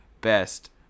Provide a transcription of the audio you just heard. best